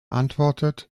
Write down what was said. antwortet